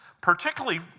particularly